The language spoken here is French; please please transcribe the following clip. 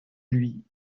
lui